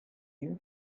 you